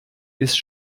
ist